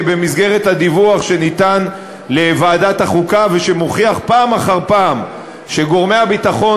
במסגרת הדיווח לוועדת החוקה שמוכיח פעם אחר פעם שגורמי הביטחון